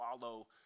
follow